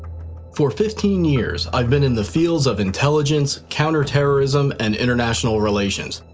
for fifteen years, i've been in the fields of intelligence, counterterrorism, and international relations,